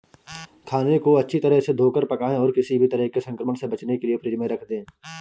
खाने को अच्छी तरह से धोकर पकाएं और किसी भी तरह के संक्रमण से बचने के लिए फ्रिज में रख दें